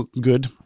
good